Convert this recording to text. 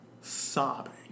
sobbing